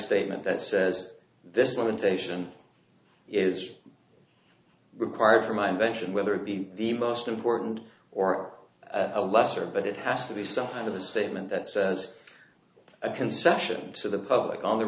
statement that says this limitation is required for my invention whether it be the most important or a lesser but it has to be some kind of a statement that says a concession to the public on the